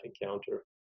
encounter